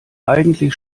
eigentlich